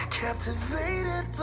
captivated